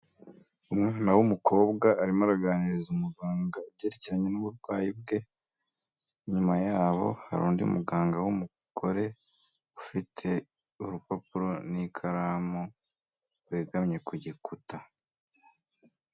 Umwana w'umukobwa arimo araganiriza umuganga ibyerekeranye n'uburwayi bwe, inyuma yabo hari undi muganga w'umugore ufite urupapuro n'ikaramu, wegamye ku gikuta.